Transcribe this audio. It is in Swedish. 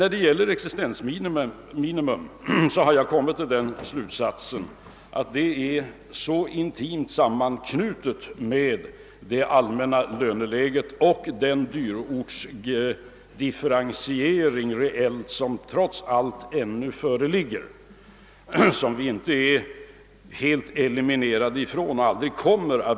När det gäller existensminimum har jag kommit till den slutsatsen att detta är intimt sammanknutet med det allmänna löneläget och den dyrortsdifferentiering reellt sett som trots alli föreligger och vilken vi aldrig kan helt eliminera.